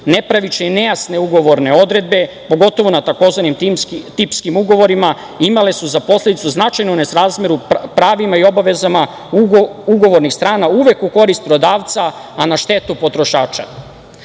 dejstvo. Nepravične i nejasne ugovorne odredbe, pogotovo na tzv. tipskim ugovorima, imale su za posledice značajnu nesrazmeru u pravima i obavezama ugovornih strana uvek u korist prodavca, a na štetu potrošača. Od